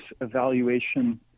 evaluation